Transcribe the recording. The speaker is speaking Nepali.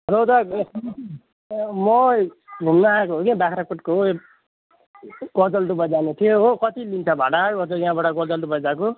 हलो दाइ म घुम्न आएको हो कि बाख्राकोटको हो गजलडुब्बा जानु थियो हो कति लिन्छ भाडा म चाहिँ यहाँबाट गजलडुब्बा गएको